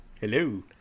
Hello